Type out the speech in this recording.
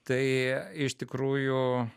tai iš tikrųjų